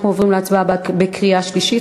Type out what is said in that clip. אנחנו עוברים להצבעה בקריאה השלישית.